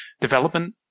development